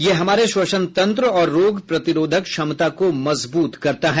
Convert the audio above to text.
यह हमारे श्वसनतंत्र और रोग प्रतिरोधक क्षमता को मजबूत करता है